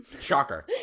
Shocker